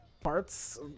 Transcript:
parts